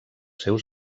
seus